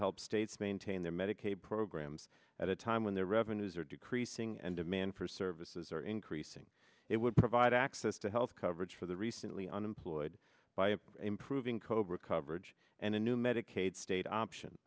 help states maintain their medicaid programs at a time when their revenues are decreasing and demand for services are increasing it would provide access to health coverage for the recently unemployed by improving cobra coverage and a new medicaid state option